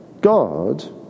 God